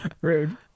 Rude